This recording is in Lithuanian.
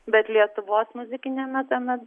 bet lietuvos muzikinė na ten na